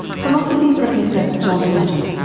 philosophy professor john sutton.